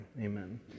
amen